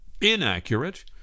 inaccurate